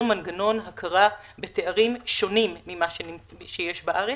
מנגנון הכרה בתארים שונים ממה שיש בארץ,